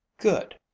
Good